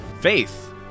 Faith